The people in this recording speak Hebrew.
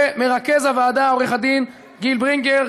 ומרכז הוועדה עו"ד גיל ברינגר,